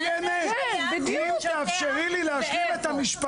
אני אענה אם תאפשרי לי להשלים את המשפט.